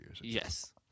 Yes